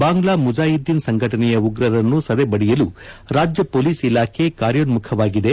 ಬಾಂಗ್ಲಾ ಮುಜಾಯಿದ್ದೀನ್ ಸಂಘಟನೆಯ ಉಗ್ರರನ್ನು ಸದೆಬಡಿಯಲು ರಾಜ್ಯ ಪೊಲೀಸ್ ಇಲಾಖೆ ಕಾರ್ಯೋನ್ಮುಖವಾಗಿದೆ